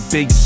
Big